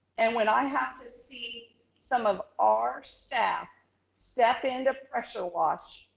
and when i have to see some of our staff step in to pressure wash,